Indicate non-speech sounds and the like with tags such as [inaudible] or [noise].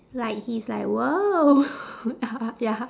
like he's like !whoa! [laughs] ya